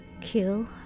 kill